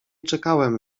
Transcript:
czekałem